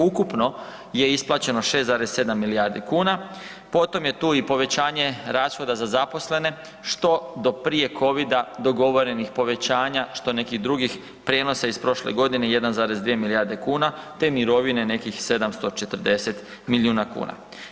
Ukupno je isplaćeno 6,7 milijardi kuna, potom je tu i povećanje rashoda za zaposlene što do prije covida dogovorenih povećanja što nekih drugih prijenosa iz prošle godine 1,2 milijarde kuna te mirovine nekih 740 milijuna kuna.